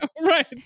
right